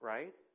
Right